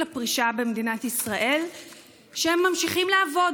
הפרישה במדינת ישראל והם ממשיכים לעבוד,